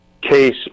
case